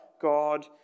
God